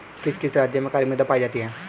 किस किस राज्य में काली मृदा पाई जाती है?